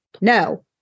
no